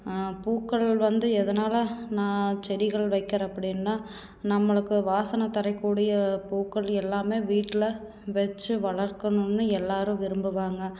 பூக்கள் வந்து எதனால் நான் செடிகள் வைக்கிறேன் அப்படின்னா நம்மளுக்கு வாசனை தரக்கூடிய பூக்கள் எல்லாமே வீட்டில் வச்சு வளர்க்கணுன்னு எல்லாரும் விரும்புவாங்க